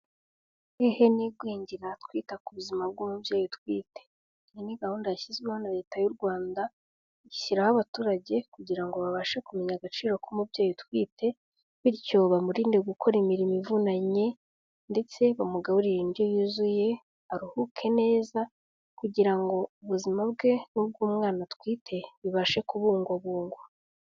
Hehe n'igwingira twita ku buzima bw'umubyeyi utwite, iyi ni gahunda yashyizweho na Leta y'u Rwanda, ishyiraho abaturage kugira ngo babashe kumenya agaciro k'umubyeyi utwite bityo bamurinde gukora imirimo ivunanye ndetse bamugaburire indyo yuzuye, aruhuke neza kugira ngo ubuzima bwe n'ubw'umwana atwite bibashe kubungwabungwa.